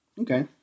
Okay